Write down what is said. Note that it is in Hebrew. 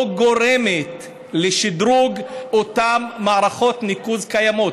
לא גורמת לשדרוג של אותן מערכות ניקוז קיימות.